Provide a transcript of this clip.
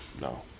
no